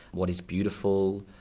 what is beautiful,